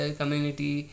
community